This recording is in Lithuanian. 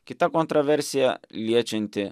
kita kontroversija liečianti